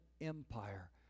Empire